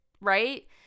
right